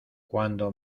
cuando